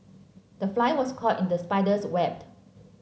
the fly was caught in the spider's web